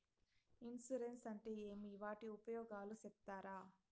Insurance అంటే ఏమి? వాటి ఉపయోగాలు సెప్తారా?